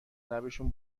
لبشون